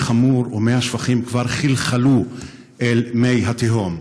חמור ומי השפכים כבר חלחלו אל מי התהום.